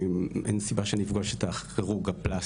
אין סיבה שאני אפגוש את הכירורג הפלסטי",